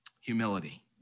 Humility